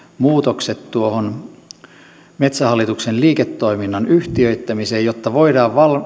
muutokset metsähallituksen liiketoiminnan yhtiöittämiseen jotta voidaan